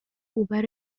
اوبر